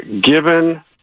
given